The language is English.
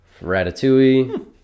Ratatouille